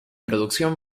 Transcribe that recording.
producción